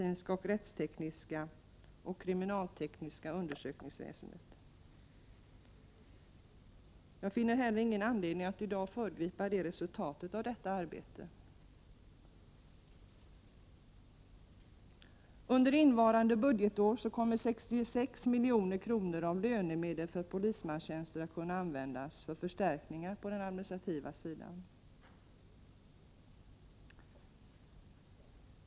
1988/89:103 cinska, rättstekniska och kriminaltekniska undersökningsväsendet. Jag 25 april 1989 finner i dag ingen anledning att föregripa resultatet av det arbetet. Under innevarande budgetår kommer 66 milj.kr. av lönemedlen för polismanstjänster att kunna användas för förstärkningar på den adminstrativa sidan.